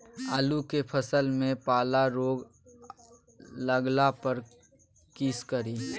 आलू के फसल मे पाला रोग लागला पर कीशकरि?